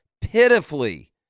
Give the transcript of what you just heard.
pitifully